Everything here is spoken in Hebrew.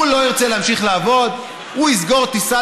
הוא לא ירצה להמשיך לעבוד, הוא יסגור טיסה